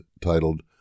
titled